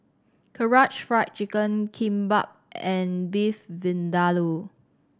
Karaage Fried Chicken Kimbap and Beef Vindaloo